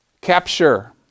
capture